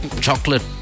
chocolate